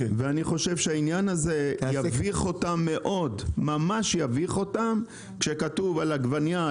אני חושב שהעניין הזה יביך אותם מאוד כשכתוב על עגבנייה: